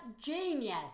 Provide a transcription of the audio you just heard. genius